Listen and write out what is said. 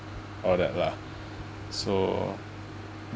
all that lah so